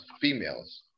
females